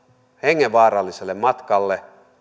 hengenvaaralliselle matkalle